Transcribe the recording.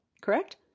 Correct